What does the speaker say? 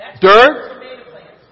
dirt